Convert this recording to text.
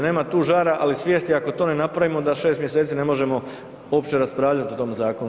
Nema tu žara, ali svijesti ako to ne napravimo, da 6 mjeseci ne možemo uopće raspravljati o tom zakonu.